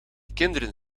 kinderen